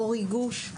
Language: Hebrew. או מריגוש,